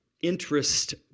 interest